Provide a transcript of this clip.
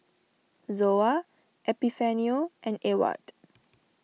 Zoa Epifanio and Ewart